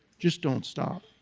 just don't stop.